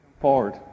Forward